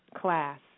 class